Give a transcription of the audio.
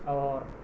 ہوا اور